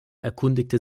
erkundigte